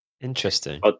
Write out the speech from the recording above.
interesting